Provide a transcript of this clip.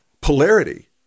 polarity